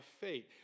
fate